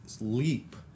leap